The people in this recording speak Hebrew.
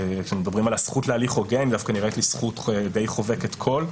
כשמדברים על הזכות להליך הוגן היא נראית לי זכות די חובקת כל.